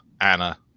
Anna